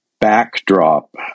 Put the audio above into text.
backdrop